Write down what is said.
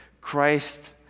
Christ